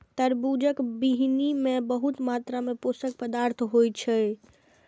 तरबूजक बीहनि मे बहुत मात्रा मे पोषक पदार्थ होइ छै